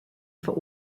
for